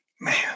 Man